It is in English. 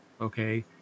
Okay